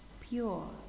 pure